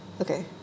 Okay